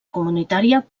comunitària